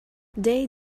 they